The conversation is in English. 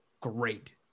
great